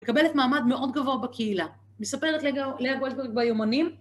מקבלת מעמד מאוד גבוה בקהילה, מספרת לאה גולדברג ביומנים.